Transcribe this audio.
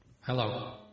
Hello